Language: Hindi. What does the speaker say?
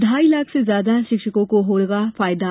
ढ़ाई लाख से ज्यादा शिक्षकों को होगा फायदा